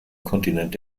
kontinent